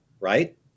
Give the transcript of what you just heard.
right